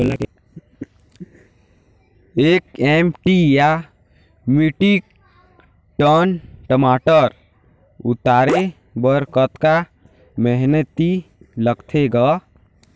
एक एम.टी या metric tonne टमाटर उतारे बर कतका मेहनती लगथे ग?